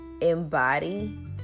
embody